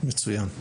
מצוין,